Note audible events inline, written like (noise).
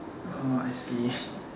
oh I see (noise)